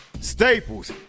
Staples